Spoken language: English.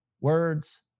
words